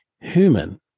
human